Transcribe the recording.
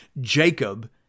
Jacob